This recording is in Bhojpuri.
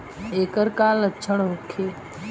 ऐकर का लक्षण होखे?